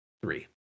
Three